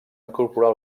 incorporar